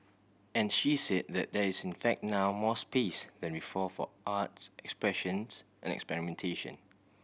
and she said there there is in fact now more space than for arts expressions and experimentation